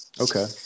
Okay